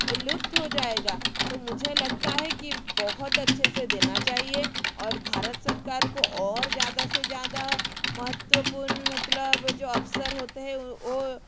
वह लुप्त हो जाएगा तो मुझे लगता है कि बहुत अच्छे से देना चाहिए और भारत सरकार को और ज़्यादा से ज़्यादा महत्वपूर्ण मतलब जो अवसर होते हैं वह